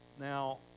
now